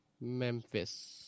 Memphis